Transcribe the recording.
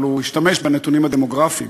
אבל הוא השתמש בנתונים הדמוגרפיים.